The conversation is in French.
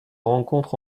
rencontre